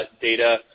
data